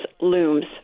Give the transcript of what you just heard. looms